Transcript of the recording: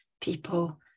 people